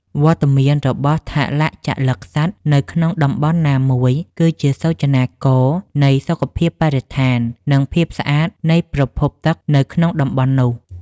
វត្តមានរបស់ថលជលិកសត្វនៅក្នុងតំបន់ណាមួយ គឺជាសូចនាករនៃសុខភាពបរិស្ថាន និងភាពស្អាតនៃប្រភពទឹកនៅក្នុងតំបន់នោះ។